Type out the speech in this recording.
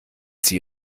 sie